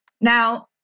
Now